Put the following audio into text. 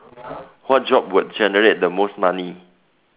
what job would generate the most money